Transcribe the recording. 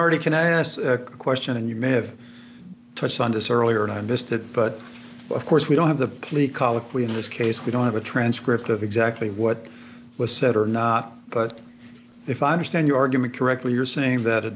already can i ask a question and you may have touched on this earlier and i missed it but of course we don't have the complete colloquy in this case we don't have a transcript of exactly what was said or not but if i understand your argument correctly you're saying that a